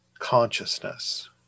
Consciousness